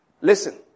Listen